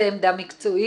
זו עמדה מקצועית,